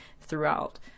throughout